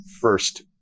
first